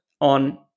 on